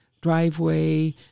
driveway